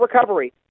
recovery